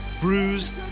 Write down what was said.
bruised